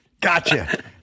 Gotcha